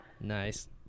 nice